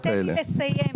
אני יודעת.